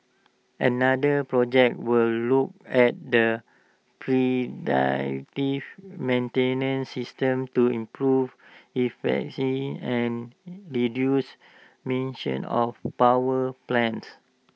another project will look at the predictive maintenance system to improve efficiency and reduce emissions of power plants